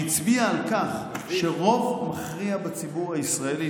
שהצביע על כך שרוב מכריע בציבור הישראלי,